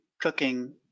cooking